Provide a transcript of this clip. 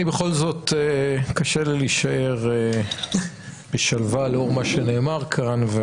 קשה לי להישאר בשלווה לאור מה שנאמר כאן.